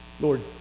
Lord